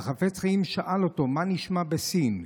והחפץ חיים שאל אותו מה נשמע בסין.